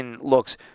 looks